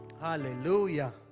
Hallelujah